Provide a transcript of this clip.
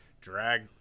drag